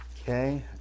Okay